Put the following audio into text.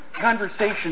conversation